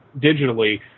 digitally